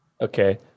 Okay